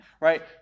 right